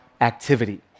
activity